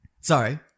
Sorry